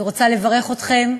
אני רוצה לברך אתכם,